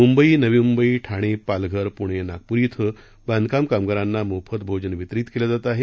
मुंबई नवी मुंबई ठाणे पालघर पुणे नागपूर क्वें बांधकाम कामगारांना मोफत भोजन वितरीत केलं जात आहे